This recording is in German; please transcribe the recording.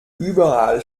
überall